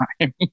time